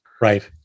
right